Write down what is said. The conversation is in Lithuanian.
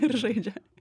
ir žaidžia